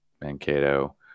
Mankato